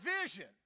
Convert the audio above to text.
vision